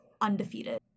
Undefeated